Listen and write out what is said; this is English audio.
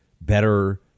better